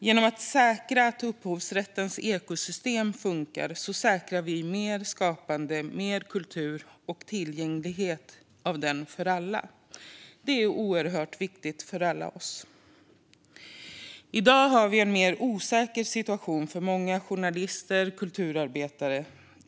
Genom att säkra att upphovsrättens ekosystem funkar säkrar vi mer skapande, mer kultur och tillgängligheten till den för alla. Det är oerhört viktigt för oss alla. I dag är det en mer osäker situation för många journalister och kulturarbetare.